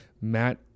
Matt